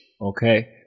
okay